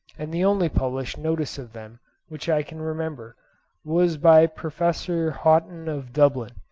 and the only published notice of them which i can remember was by professor haughton of dublin,